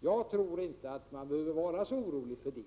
Jag tror inte att Jan Hyttring behöver vara särskilt orolig för det.